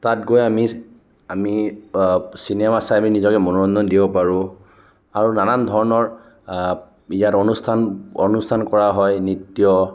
তাত গৈ আমি আমি চিনেমা চাই মেলি নিজকে মনোৰঞ্জন দিব পাৰোঁ আৰু নানান ধৰণৰ ইয়াত অনুষ্ঠান অনুষ্ঠান কৰা হয় নৃত্য